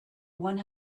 one